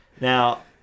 now